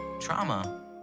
trauma